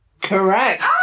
Correct